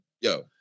yo